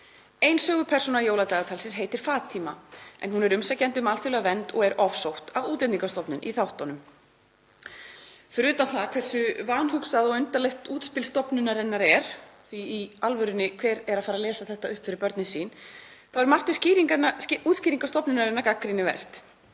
Ein sögupersóna jóladagatalsins heitir Fatíma en hún er umsækjandi um alþjóðlega vernd og er ofsótt af Útlendingastofnun í þáttunum. Fyrir utan það hversu vanhugsað og undarlegt útspil stofnunarinnar er — hver í alvörunni er að fara að lesa þetta upp fyrir börnin sín? — þá er margt við útskýringar stofnunarinnar gagnrýnivert.